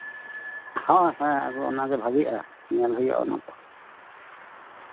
ᱦᱮᱸ ᱦᱮᱸ ᱚᱱᱟᱜᱮ ᱵᱷᱟᱜᱮᱜᱼᱟ ᱧᱮᱞ ᱦᱩᱭᱩᱜᱼᱟ ᱚᱱᱟ ᱫᱚ